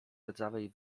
rdzawej